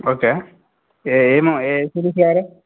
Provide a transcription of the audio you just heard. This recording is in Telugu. ఓకే ఏ ఏమో ఏ సిరీస్ కావాలి